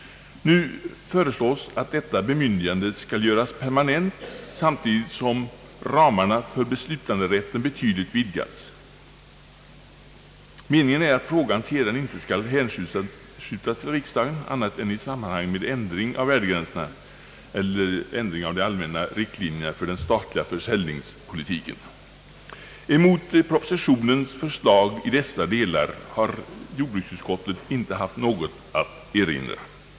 Nu föreslås att detta bemyndigande skall göras permanent samtidigt som ramarna för beslutanderätten betydligt vidgas. Meningen är att frågan sedan inte skall hänskjutas till riksdagen annat än i samband med ändring av värdegränserna eller av de allmänna riktlinjerna för den statliga försäljningspolitiken. Mot propositionens förslag i dessa delar har jordbruksutskottet inte haft något att erinra.